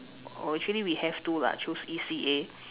or actually we have to lah choose E_C_A